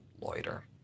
loiter